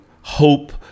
hope